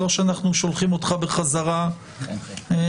לא שאנחנו שולחים אותך בחזרה בחדווה